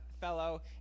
fellow